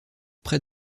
près